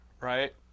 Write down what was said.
right